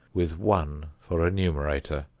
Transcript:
with one for a numerator,